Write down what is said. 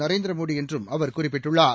நரேந்திரமோடி என்றும் அவர் குறிப்பிட்டுள்ளார்